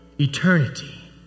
eternity